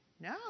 No